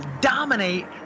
dominate